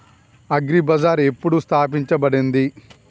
Agri Bazaar ఎప్పుడు స్థాపించబడింది?